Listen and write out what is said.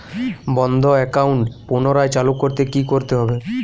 বন্ধ একাউন্ট পুনরায় চালু করতে কি করতে হবে?